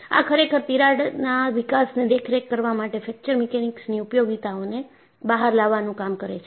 આ ખરેખર તિરાડના વિકાસને દેખરેખ કરવા માટે ફ્રેક્ચર મિકેનિક્સની ઉપયોગિતાઓને બહાર લાવવાનું કામ કરે છે